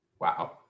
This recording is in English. Wow